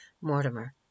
Mortimer